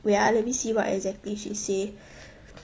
wait ah let me see what exactly she say